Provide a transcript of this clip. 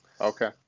Okay